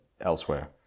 elsewhere